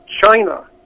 China